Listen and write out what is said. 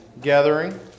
gathering